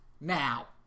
now